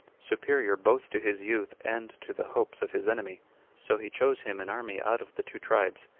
superior both to his youth and to the hopes of his enemy so he chose him an army out of the two tribes,